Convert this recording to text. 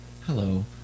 hello